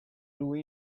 lui